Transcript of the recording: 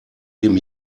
dem